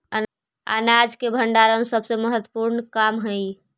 अनाज के भण्डारण सबसे महत्त्वपूर्ण काम हइ